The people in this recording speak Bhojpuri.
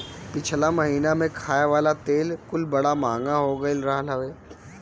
पिछला महिना में खाए वाला तेल कुल बड़ा महंग हो गईल रहल हवे